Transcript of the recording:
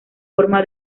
forma